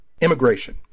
immigration